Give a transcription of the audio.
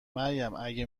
اگه